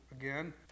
again